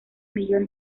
millón